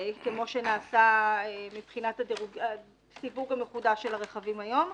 כמו שנעשה מבחינת הסיווג המחודש של הרכבים היום.